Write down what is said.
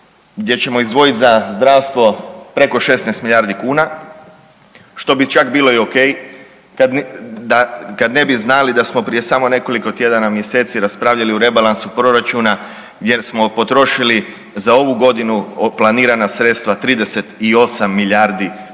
gdje ćemo izdvojiti za zdravstvo preko 16 milijardi kuna, što bi čak bilo i ok kad ne bi znali da smo samo preko nekoliko tjedana, mjeseci raspravljali o rebalansu proračuna jer smo potrošili za ovu godinu planirana sredstva 38 milijardi kuna